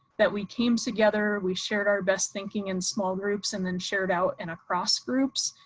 that we came together. we shared our best thinking in small groups and then shared out and across groups.